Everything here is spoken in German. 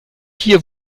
hier